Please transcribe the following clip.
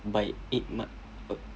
by eight march